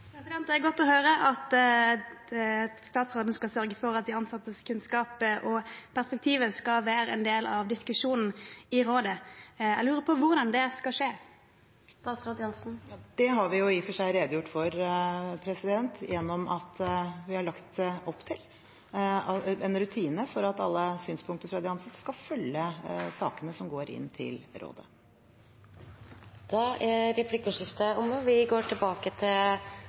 Det er godt å høre at statsråden skal sørge for at de ansattes kunnskap og perspektiver skal være en del av diskusjonen i rådet. Jeg lurer på hvordan det skal skje? Det har vi i og for seg redegjort for ved at vi har lagt opp til en rutine for at alle synspunkter fra de ansatte skal følge sakene som går inn til rådet. Replikkordskiftet er omme.